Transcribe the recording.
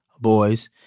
boys